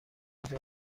کجا